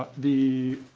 ah the